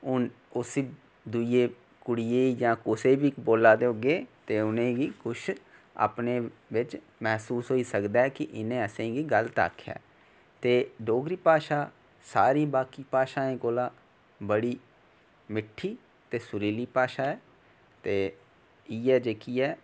हून उसी कुड़िये जां कुसै ई बी बोल्ला दे होगे ते उनेंगी कुछ अपने बेच मैह्सूस होई सकदा ऐ असेंगी गलत आखेआ ऐ ते डोगरी भाशा सारी बाकी भाशाएं कोला बड़ी मिट्ठी ते सुरीली भाशा ऐ ते इयै जेह्की ऐ